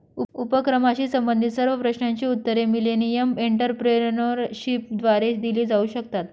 उपक्रमाशी संबंधित सर्व प्रश्नांची उत्तरे मिलेनियम एंटरप्रेन्योरशिपद्वारे दिली जाऊ शकतात